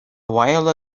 while